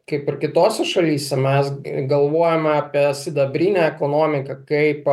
kaip ir kitose šalyse mes galvojame apie sidabrinę ekonomiką kaip